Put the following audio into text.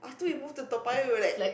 after we move to Toa-Payoh we were like